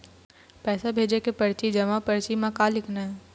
पैसा भेजे के परची जमा परची म का लिखना हे?